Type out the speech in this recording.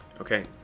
Okay